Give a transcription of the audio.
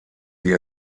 sie